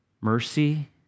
mercy